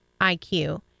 IQ